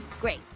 great